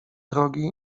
drogi